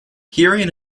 hearing